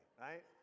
right